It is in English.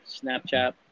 Snapchat